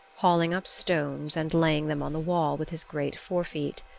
hauling up stones and laying them on the wall with his great forefeet.